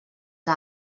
que